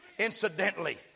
Incidentally